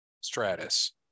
stratus